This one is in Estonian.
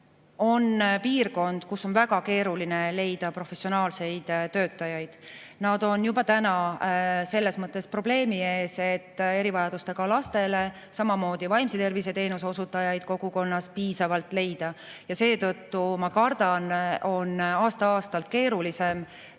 on piirkond, kus on väga keeruline leida professionaalseid töötajaid. Nad on juba täna selles mõttes probleemi ees, et erivajadustega lastele [tugiteenuse osutajaid], samamoodi vaimse tervise teenuse osutajaid ei ole kogukonnast piisavalt leida. Seetõttu, ma kardan, on aasta-aastalt keerulisem